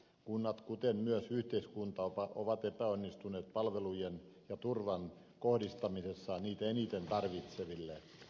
kunnat kuten myös yhteiskunta ovat epäonnistuneet palvelujen ja turvan kohdistamisessa niitä eniten tarvitseville